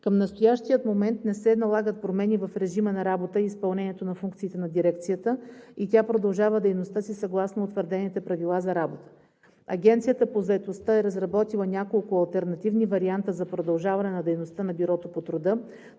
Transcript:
Към настоящия момент не се налагат промени в режима на работа и изпълнението на функциите на Дирекцията и тя продължава дейността си съгласно утвърдените правила за работа. Агенцията по заетостта е разработила няколко алтернативни варианта за продължаване на дейността на Бюрото по труда,